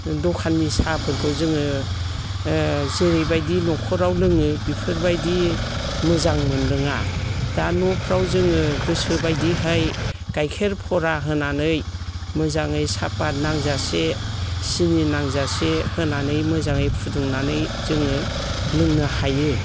दखाननि साहफोरखौ जोङो जेरैबायदि न'खराव लोङो बेफोरबायदि मोजां मोनलोङा दा न'फ्राव जोङो गोसो बायदिहाय गाइखेर खरा होनानै मोजाङै सापात नांजासे सिनि नांजासे होनानै मोजाङै फुदुंनानै जोङो लोंनो हायो